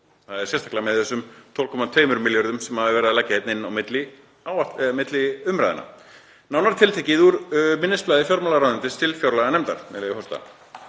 Það er sérstaklega með þessum 12,2 milljörðum sem verið er að leggja inn á milli umræðna. Nánar tiltekið úr minnisblaði fjármálaráðuneytis til fjárlaganefndar,